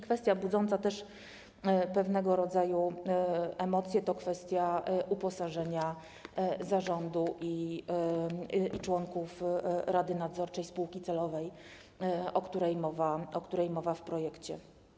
Kwestia budząca też pewnego rodzaju emocje to kwestia uposażenia zarządu i członków rady nadzorczej spółki celowej, o której mowa w projekcie.